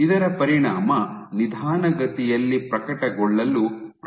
ಇದರ ಪರಿಣಾಮ ನಿಧಾನಗತಿಯಲ್ಲಿ ಪ್ರಕಟಗೊಳ್ಳಲು ಪ್ರಾರಂಭಿಸುತ್ತದೆ